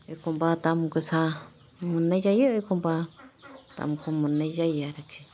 एखमबा दाम गोसा मोननाय जायो एखमबा दाम खम मोननाय जायो आरखि